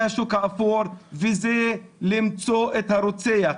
זה השוק האפור וזה למצוא את הרוצח.